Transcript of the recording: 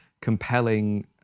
compelling